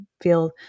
feel